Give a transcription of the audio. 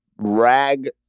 rag